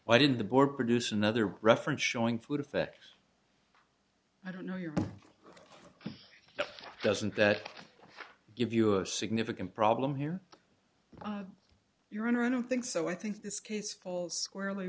why did the board produce another reference showing food effect i don't know your doesn't that give you a significant problem here your honor i don't think so i think this case falls squarely